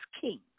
king